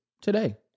Today